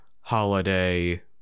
holiday